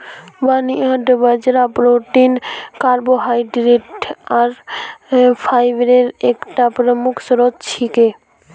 barnyard बाजरा protein carbohydrate आर fibre एकता प्रमुख स्रोत छिके